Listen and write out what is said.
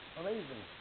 amazing